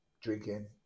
drinking